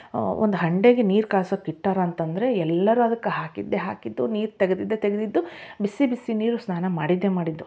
ಒಂದು ಹಂಡೆಗೆ ನೀರು ಕಾಯ್ಸಕ್ ಇಟ್ಟರೆ ಅಂತಂದರೆ ಎಲ್ಲರೂ ಅದಕ್ಕೆ ಹಾಕಿದ್ದೆ ಹಾಕಿದ್ದು ನೀರು ತೆಗೆದಿದ್ದೆ ತೆಗೆದಿದ್ದು ಬಿಸಿ ಬಿಸಿ ನೀರು ಸ್ನಾನ ಮಾಡಿದ್ದೇ ಮಾಡಿದ್ದು